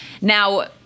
now